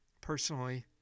Personally